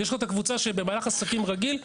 יש את הקבוצה שבמהלך עסקים רגיל,